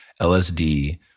LSD